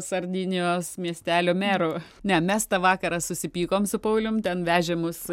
sardinijos miestelio meru ne mes tą vakarą susipykom su paulium ten vežė mus